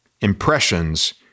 Impressions